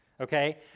okay